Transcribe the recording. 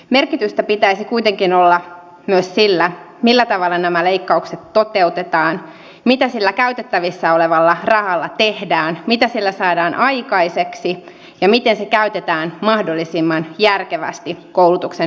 merkitystä pitäisi kuitenkin olla myös sillä millä tavalla nämä leikkaukset toteutetaan mitä sillä käytettävissä olevalla rahalla tehdään mitä sillä saadaan aikaiseksi ja miten se käytetään mahdollisimman järkevästi koulutuksen hyväksi